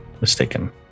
mistaken